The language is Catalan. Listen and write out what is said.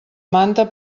manta